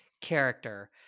character